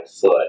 foot